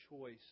choice